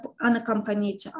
unaccompanied